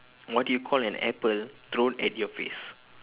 what do you call an apple thrown at your face